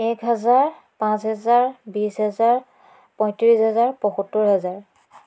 এক হেজাৰ পাঁচ হেজাৰ বিছ হেজাৰ পঁয়ত্ৰিছ হেজাৰ পয়সত্তৰ হেজাৰ